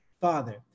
Father